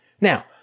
Now